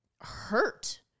hurt